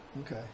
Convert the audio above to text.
Okay